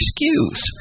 excuse